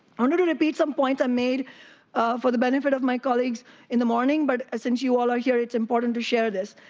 and to repeat some points i made for the benefit of my colleagues in the morning, but since you're all ah here, it's important to share this.